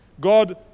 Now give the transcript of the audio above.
God